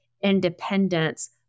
independence